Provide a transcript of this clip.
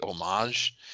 homage